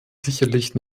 sicherlich